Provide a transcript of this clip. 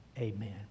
Amen